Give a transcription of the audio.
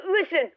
Listen